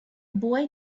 boy